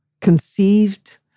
conceived